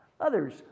others